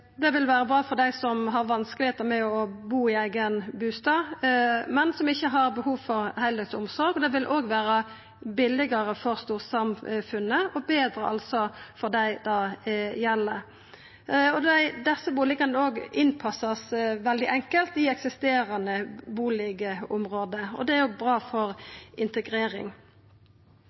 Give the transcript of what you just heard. Det vil vera bra for dei som har vanskar med å bu i eigen bustad, men som ikkje har behov for heildøgns omsorg. Det vil òg vera billigare for storsamfunnet og altså betre for dei det gjeld. Desse bustadene kan innpassast svært enkelt i eksisterande bustadområde, og det er bra for integrering.